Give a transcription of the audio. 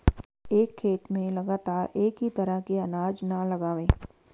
एक खेत में लगातार एक ही तरह के अनाज न लगावें